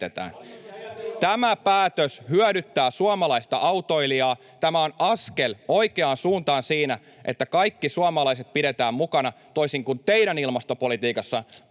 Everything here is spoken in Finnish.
Tämä päätös hyödyttää suomalaista autoilijaa. Tämä on askel oikeaan suuntaan siinä, että kaikki suomalaiset pidetään mukana, toisin kuin teidän ilmastopolitiikassanne,